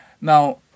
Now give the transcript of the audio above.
Now